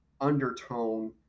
undertone